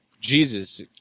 Jesus